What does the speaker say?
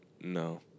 No